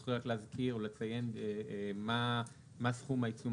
תוכלי רק להזכיר או לציין מה סכום העיצום